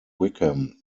wickham